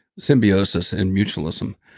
symbiosis and mutualism.